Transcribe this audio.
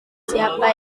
siapa